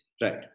Right